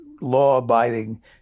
law-abiding